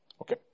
Okay